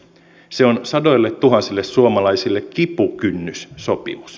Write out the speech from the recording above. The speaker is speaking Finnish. se on sadoilletuhansille suomalaisille kipukynnyssopimus